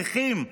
נכים,